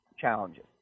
challenges